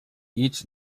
each